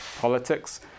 politics